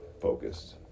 focused